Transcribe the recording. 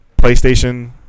PlayStation